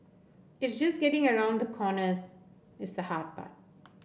it's just getting around the corners is the hard part